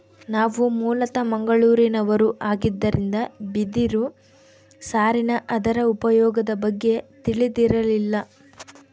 ನಾವು ಮೂಲತಃ ಮಂಗಳೂರಿನವರು ಆಗಿದ್ದರಿಂದ ಬಿದಿರು ಸಾರಿನ ಅದರ ಉಪಯೋಗದ ಬಗ್ಗೆ ತಿಳಿದಿರಲಿಲ್ಲ